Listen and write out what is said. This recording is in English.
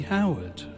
Howard